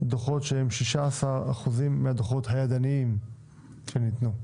דוחות שהם 16 אחוזים מדוחות הידניים שניתנו.